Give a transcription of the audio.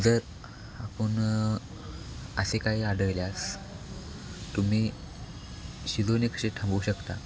जर आपण असे काही आढळल्यास तुम्ही शिजवणे एक थांबवू शकता